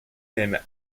même